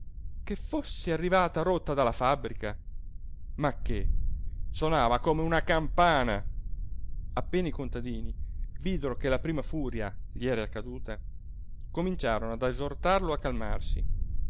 che fosse arrivata rotta dalla fabbrica ma che sonava come una campana appena i contadini videro che la prima furia gli era caduta cominciarono ad esortarlo a calmarsi